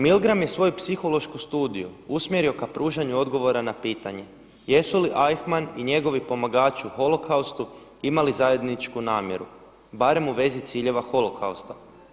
Milgram je svoju psihološku studiju usmjerio ka pružanju odgovora na pitanje jesu li Eichmann i njegovi pomagači u holokaustu imali zajedničku namjeru barem u vezi ciljeva holokausta.